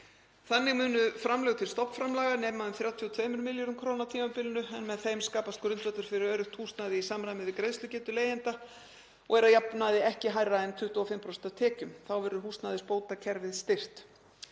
Þannig munu framlög til stofnframlaga nema um 32 milljörðum kr. á tímabilinu en með þeim skapast grundvöllur fyrir öruggt húsnæði í samræmi við greiðslugetu leigjenda og er að jafnaði ekki hærra en 25% af tekjum. Þá verður húsnæðisbótakerfið styrkt.